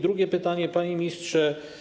Drugie pytanie, panie ministrze.